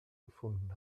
gefunden